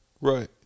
Right